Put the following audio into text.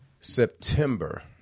September